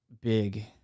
big